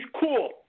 cool